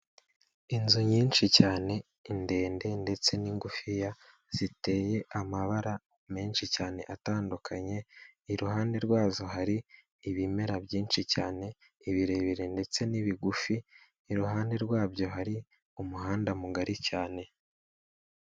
Inzu nyinshi cyane, indende ndetse n'ingufiya, ziteye amabara menshi cyane atandukanye, iruhande rwazo hari ibimera byinshi cyane, ibirebire ndetse n'ibigufi, iruhande rwabyo hari umuhanda mugari cyane.